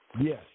Yes